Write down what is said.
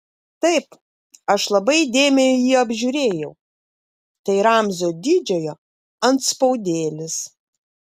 taip aš labai įdėmiai jį apžiūrėjau tai ramzio didžiojo antspaudėlis